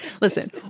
Listen